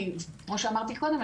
כמו שאמרתי קודם,